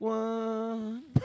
one